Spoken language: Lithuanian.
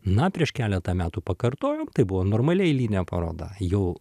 na prieš keletą metų pakartojom tai buvo normali eilinė paroda jau